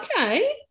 Okay